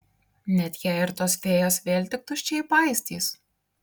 net jei ir tos fėjos vėl tik tuščiai paistys